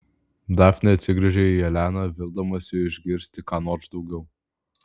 dafnė atsigręžia į eleną vildamasi išgirsti ką nors daugiau